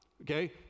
okay